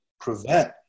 prevent